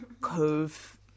cove